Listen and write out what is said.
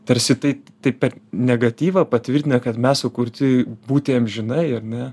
tarsi tai tai per negatyvą patvirtina kad mes sukurti būti amžinai ar ne